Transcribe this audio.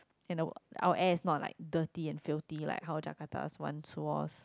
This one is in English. and our our air is not like dirty and filthy like how jakarta one so was